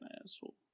asshole